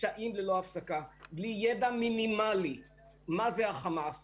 והשני אחראי על המדיני בחוץ לארץ,